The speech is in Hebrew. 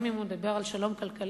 גם אם הוא מדבר על שלום כלכלי,